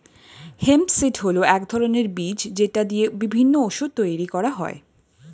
hemp seed হল এক ধরনের বীজ যেটা দিয়ে বিভিন্ন ওষুধ তৈরি করা হয়